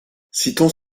citons